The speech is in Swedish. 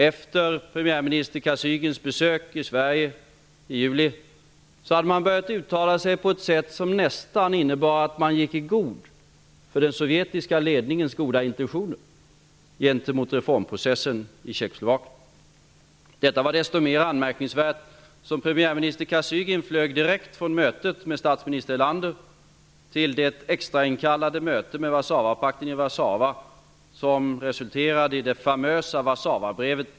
Efter premiärminister Kosygins besök i Sverige i juli hade man börjat uttala sig på ett sätt som nästan innebar att man gick i god för den sovjetiska ledningens goda intentioner genemot reformprocessen i Tjeckoslovakien. Detta var desto mer anmärkningsvärt, eftersom premiärminister Warszawapakten i Warszawa som resulterade i det famösa Warszawabrevet.